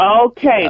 Okay